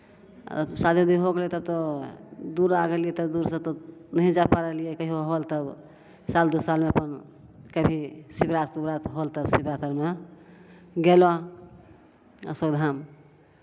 अब शादी उदी हो गेलै तब तऽ दूर आ गेलियै तऽ दूरसँ तऽ नहि जा पा रहलियै कहियौ होल तऽ साल दू सालमे अपन कभी शिवराति तिवराति होल त शिवराति शिवराति आओरमे गेलहुँ अशोक धाम